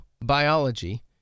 biology